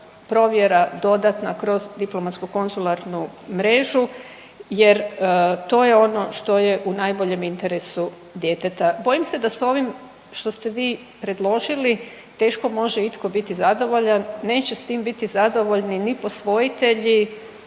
provjera dodatna kroz diplomatsko konzularnu mrežu jer to je ono što je u najboljem interesu djeteta. Bojim se da s ovim što ste vi predložili teško može itko biti zadovoljan, neće s tim biti zadovoljni ni posvojitelji,